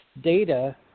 data